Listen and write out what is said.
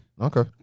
Okay